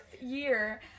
year